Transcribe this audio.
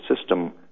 system